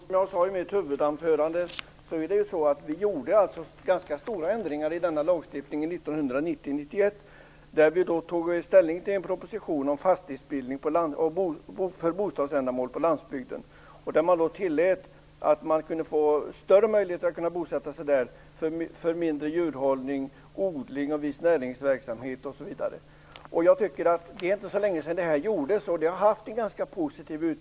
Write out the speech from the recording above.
Fru talman! I mitt huvudanförande sade jag att vi genomförde ganska stora ändringar i denna lagstiftning 1991, när vi tog ställning till en proposition om fastighetsbildning för bostadsändamål på landsbygden. Man medgav då större möjligheter till bosättning på landsbygden för mindre djurhållning, odling och viss näringsverksamhet. Det är inte så länge sedan detta genomfördes, och utvecklingen har varit ganska positiv.